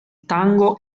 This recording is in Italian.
tango